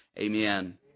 Amen